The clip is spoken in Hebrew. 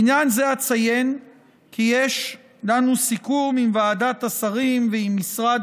בעניין זה אציין כי יש לנו סיכום עם ועדת השרים ועם משרד